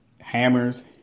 hammers